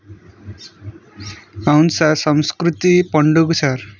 అవును సార్ సంస్కృతి పండుగ సార్